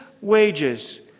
wages